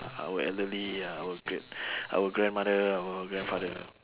our elderly our grand~ our grandmother our grandfather